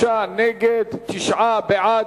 23 נגד, תשעה בעד.